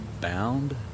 bound